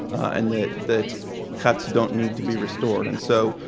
and that that cuts don't need to be restored. and so,